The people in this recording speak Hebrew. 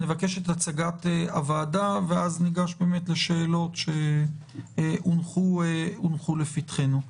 אז ניגש לשאלות שהונחו לפתחנו.